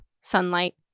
sunlight